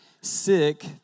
sick